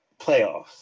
playoffs